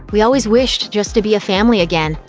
we always wished just to be a family again,